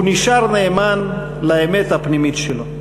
הוא נשאר נאמן לאמת הפנימית שלו.